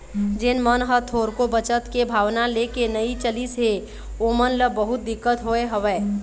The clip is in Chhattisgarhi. जेन मन ह थोरको बचत के भावना लेके नइ चलिस हे ओमन ल बहुत दिक्कत होय हवय